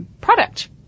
product